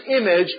image